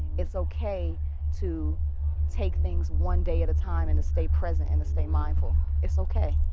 it's okay to take things one day at a time and to stay present and to stay mindful. it's okay.